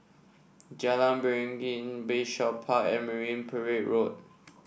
Jalan Beringin Bayshore Park and Marine Parade Road